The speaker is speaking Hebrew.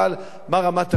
מה רמת הפיקוח,